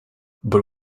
but